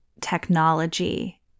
technology